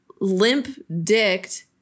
limp-dicked